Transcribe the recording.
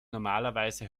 normalerweise